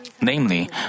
Namely